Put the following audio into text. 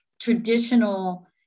traditional